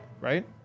right